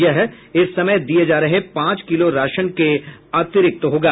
यह इस समय दिए जा रहे पांच किलो राशन के अलावा होगा